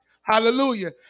Hallelujah